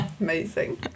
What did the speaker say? Amazing